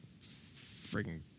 freaking